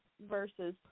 versus